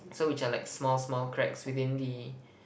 so which are like small small cracks within the